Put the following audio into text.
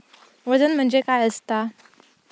वजन म्हणजे काय असता?